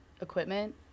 equipment